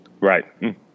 Right